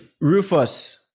Rufus